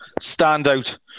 standout